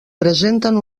presenten